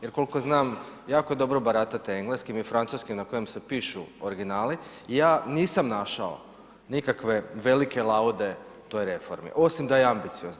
Jer koliko znam jako dobro baratate engleskim i francuskim na kojem se pišu originali, ja nisam našao nikakve velike laude toj reformi osim da je ambiciozna.